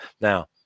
Now